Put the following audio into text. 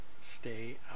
stay